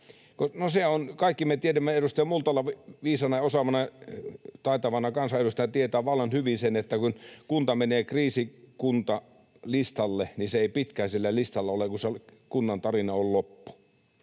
— Kaikki me tiedämme ja edustaja Multala viisaana, osaavana ja taitavana kansanedustajana tietää vallan hyvin sen, että kun kunta menee kriisikuntalistalle, niin se ei pitkään siellä listalla ole, kun sen kunnan tarina on loppu.